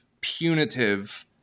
punitive